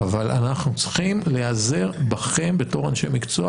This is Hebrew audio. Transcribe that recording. אבל אנחנו צריכים להיעזר בכם בתור אנשי מקצוע